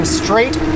straight